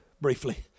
briefly